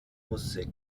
musik